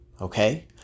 Okay